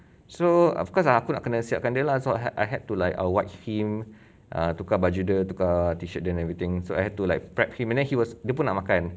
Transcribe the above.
so of course aku nak kena siapkan lah I had to like wipe him err tukar baju dia tukar t-shirt dia and everything so I had to like prep him and then he was dia pun nak makan